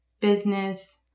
business